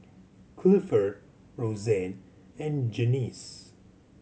Clifford Rosanne and Janyce